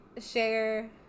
Share